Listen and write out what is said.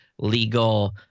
legal